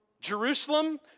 Jerusalem